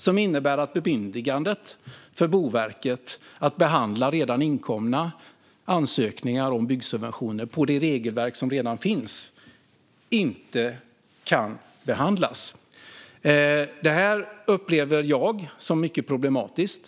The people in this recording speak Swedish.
Det innebär att bemyndigandet för Boverket att behandla redan inkomna ansökningar om byggsubventioner på det regelverk som redan finns inte kan behandlas. Detta upplever jag som mycket problematiskt.